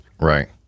Right